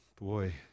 boy